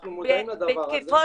אנחנו מודעים לדבר הזה.